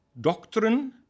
doctrine